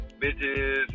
bitches